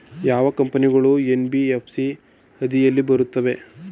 ಯಾವ ಕಂಪನಿಗಳು ಎನ್.ಬಿ.ಎಫ್.ಸಿ ಅಡಿಯಲ್ಲಿ ಬರುತ್ತವೆ?